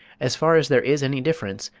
as far as there is any difference,